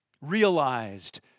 Realized